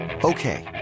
Okay